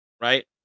Right